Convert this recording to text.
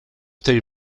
tej